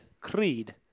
Creed